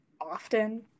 often